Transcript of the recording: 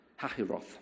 Hachiroth